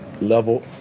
level